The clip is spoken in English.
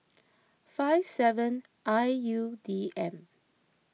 five seven I U D M